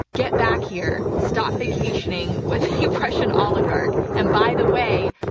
get back here. stop vacationing with russian oligarchs. and by the way,